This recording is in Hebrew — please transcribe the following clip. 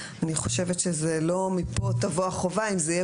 אני חושבת שלא מפה תבוא החובה אם זה יהיה